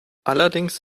allerdings